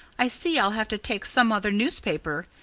i see i'll have to take some other newspaper,